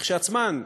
כשלעצמן,